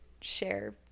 share